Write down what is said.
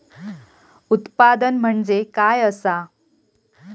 उत्पादन म्हणजे काय असा?